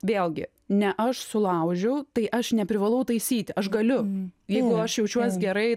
vėlgi ne aš sulaužiau tai aš neprivalau taisyti aš galiu jeigu aš jaučiuos gerai